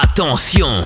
Attention